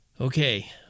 Okay